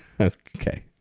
Okay